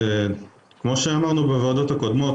כמו שאמרנו בדיונים הקודמים,